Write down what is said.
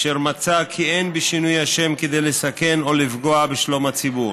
והשר מצא כי אין בשינוי השם כדי לסכן או לפגוע בשלום הציבור.